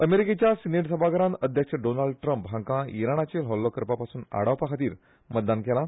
अमेरिकेच्या सीनेट सभाघरान अध्यक्ष डोनाल्ड ट्रंप हांकां इराणाचेर हुल्लो करपा पासून आडावपा खातीर मतदान केलां